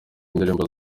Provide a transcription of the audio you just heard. indirimbo